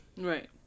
Right